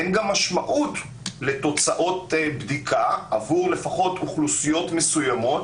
אין גם משמעות לתוצאות בדיקה עבור לפחות אוכלוסיות מסוימות.